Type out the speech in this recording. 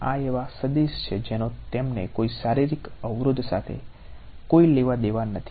આ એવા સદિશ છે જેનો તેમને કોઈ શારીરિક અવરોધ સાથે કોઈ લેવાદેવા નથી